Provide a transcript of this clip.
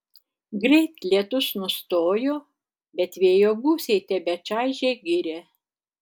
greit lietus nustojo bet vėjo gūsiai tebečaižė girią